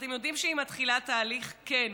ואתם יודעים שהיא מתחילה תהליך כן,